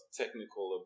technical